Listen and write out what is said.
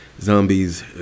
zombies